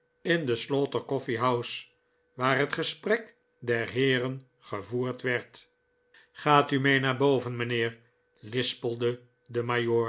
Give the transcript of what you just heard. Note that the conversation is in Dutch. in the slaughter coffee house waar het gesprek der heeren gevoerd werd gaat u mee naar boven mijnheer lispelde de